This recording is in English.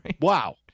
Wow